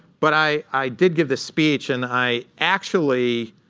but i i did give this speech, and i actually